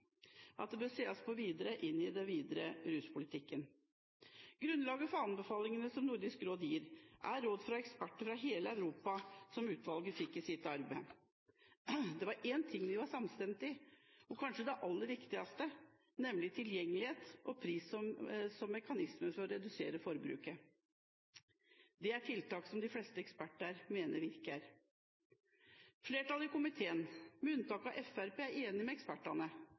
at dette bør ses på i den videre ruspolitikken. Grunnlaget for anbefalingene som Nordisk råd gir, er råd fra eksperter fra hele Europa, som utvalget fikk i sitt arbeid. Det var én ting vi var samstemte om, og kanskje det aller viktigste, nemlig tilgjengelighet og pris som mekanisme for å redusere forbruket. Det er tiltak som de fleste eksperter mener virker. Flertallet i komiteen, med unntak av Fremskrittspartiet, er enig med ekspertene.